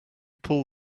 pull